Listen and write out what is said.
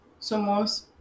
somos